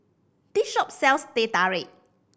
this shop sells Teh Tarik